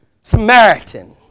Samaritan